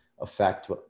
affect